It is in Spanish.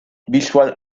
visual